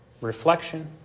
reflection